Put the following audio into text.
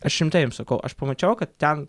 aš rimtai jum sakau aš pamačiau kad ten